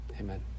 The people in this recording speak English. Amen